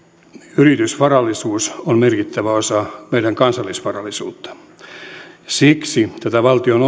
yritysvarallisuus on merkittävä osa meidän kansallisvarallisuutta siksi tämä valtion